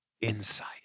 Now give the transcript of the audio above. insight